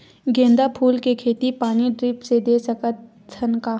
गेंदा फूल के खेती पानी ड्रिप से दे सकथ का?